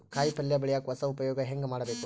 ಕಾಯಿ ಪಲ್ಯ ಬೆಳಿಯಕ ಹೊಸ ಉಪಯೊಗ ಹೆಂಗ ಮಾಡಬೇಕು?